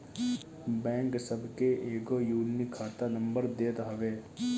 bank सबके एगो unique खाता नंबर देत हवे